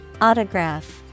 Autograph